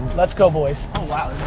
let's go boys. oh wow,